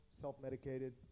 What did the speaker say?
self-medicated